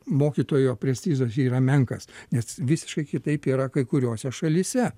mokytojo prestižas yra menkas nes visiškai kitaip yra kai kuriose šalyse